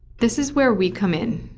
this is where we come in.